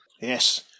Yes